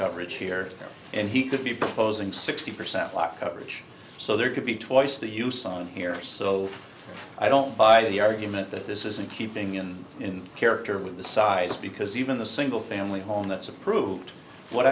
coverage here and he could be proposing sixty percent live coverage so there could be twice the use on here so i don't buy the argument that this isn't keeping him in character with the size because even the single family home that's approved what